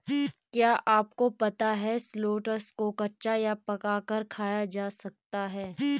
क्या आपको पता है शलोट्स को कच्चा या पकाकर खाया जा सकता है?